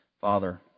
Father